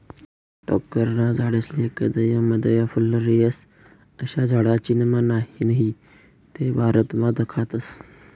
टोक्करना झाडेस्ले कदय मदय फुल्लर येस, अशा झाडे चीनमा नही ते भारतमा दखातस